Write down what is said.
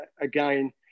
again